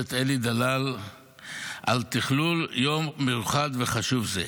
הכנסת אלי דלל על תכלול יום מיוחד וחשוב זה.